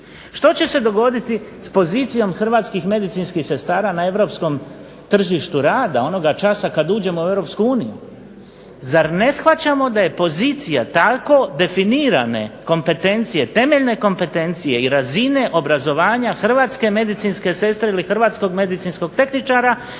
što će se dogoditi s pozicijom hrvatskih medicinskih sestara na europskom tržištu rada onoga časa kad uđemo u Europsku uniju. Zar ne shvaćamo da je pozicija tako definirane kompetencije, temeljne kompetencije i razine obrazovanja hrvatske medicinske sestre ili hrvatskog medicinskog tehničara